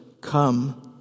Come